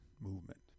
movement